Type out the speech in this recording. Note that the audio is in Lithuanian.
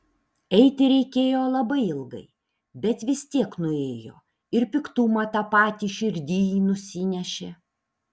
eiti reikėjo labai ilgai bet vis tiek nuėjo ir piktumą tą patį širdyj nusinešė